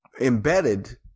embedded